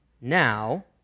now